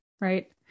right